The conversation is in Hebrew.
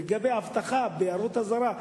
לגבי הבטחה בהערות אזהרה,